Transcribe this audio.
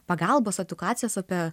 pagalbos edukacijas apie